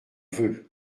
veut